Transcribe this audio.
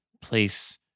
place